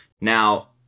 Now